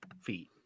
feet